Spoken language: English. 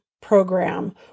program